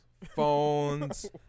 phones